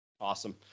Awesome